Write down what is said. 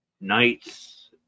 knights